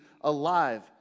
alive